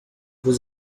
was